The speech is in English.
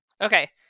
Okay